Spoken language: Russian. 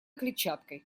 клетчаткой